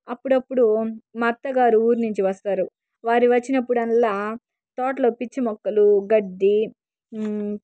అప్పుడప్పుడు మా అత్తగారు ఊరు నుంచి వస్తారు వారి వచ్చినప్పుడల్లా తోటలో పిచ్చి మొక్కలు గడ్డి